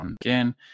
Again